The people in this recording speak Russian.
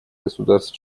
государств